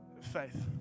faith